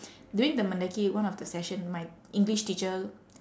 during the mendaki one of the session my english teacher